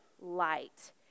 light